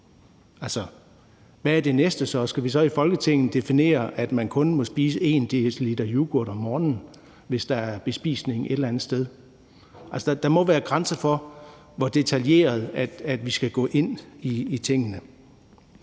hvad er det næste så? Skal vi så i Folketinget definere, at man kun må spise 1 dl yoghurt om morgenen, hvis der er bespisning et eller andet sted? Der må være grænser for, hvor detaljeret vi skal gå ind i tingene.